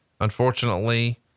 Unfortunately